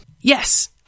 Yes